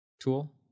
tool